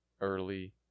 early